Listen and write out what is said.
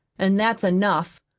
and that's enough.